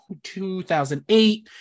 2008